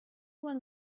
one